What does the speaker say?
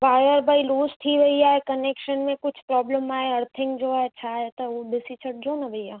wire भई loose थी वेई आहे कनेक्शन में कुझु प्रोब्लम आहे अर्थिंग जो आहे छाहे त हू ॾिसी छॾिजो न भैया